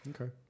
Okay